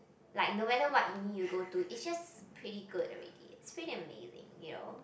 like no matter what uni you go to it's just pretty good already it's pretty amazing you know